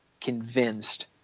convinced